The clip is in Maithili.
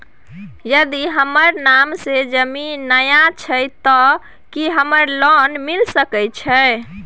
यदि हमर नाम से ज़मीन नय छै ते की हमरा लोन मिल सके छै?